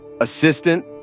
Assistant